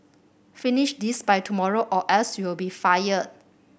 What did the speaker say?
finish this by tomorrow or else you'll be fired